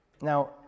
Now